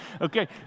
Okay